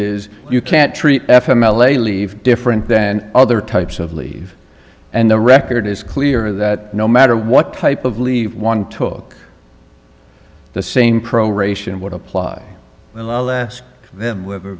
is you can't treat f m l a leave different than other types of leave and the record is clear that no matter what type of leave one took the same proration would apply well i'll ask them whe